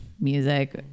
music